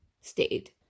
stayed